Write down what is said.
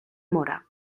mora